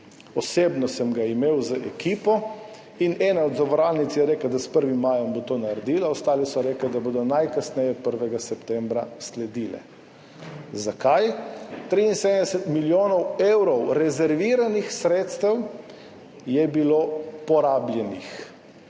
osebno sem ga imel z ekipo in ena od zavarovalnic je rekla, da bo s 1. majem to naredila, ostale so rekle, da bodo najkasneje 1. septembra sledile. Zakaj? 73 milijonov evrov rezerviranih sredstev je bilo porabljenih,